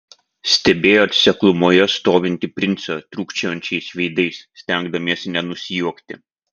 stebėjo seklumoje stovintį princą trūkčiojančiais veidais stengdamiesi nesusijuokti